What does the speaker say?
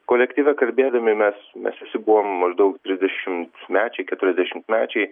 kolektyve kalbėdami mes mes visi buvom maždaug trisdešimtmečiai keturiasdešimtmečiai